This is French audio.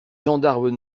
gendarmes